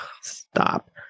Stop